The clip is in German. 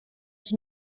ich